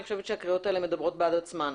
אני חושבת שהקריאות האלה מדברות בעד עצמן.